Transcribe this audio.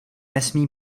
nesmí